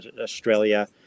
Australia